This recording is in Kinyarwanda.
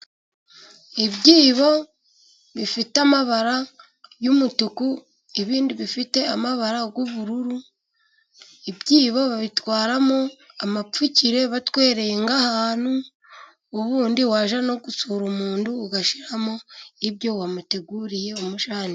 Ibyibo bifite amabara y'umutuku, ibindi bifite amabara y'ubururu. Ibyibo babitwaramo amapfukire batwerereye nk'ahantu, ubundi wajya no gusura umuntu ugashyiramo ibyo wamuteguriye umujyaniye.